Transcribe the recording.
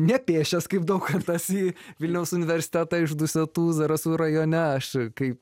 ne pėsčias kaip daukantas į vilniaus universitetą iš dusetų zarasų rajone aš kai